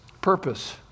purpose